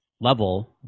level